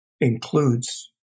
includes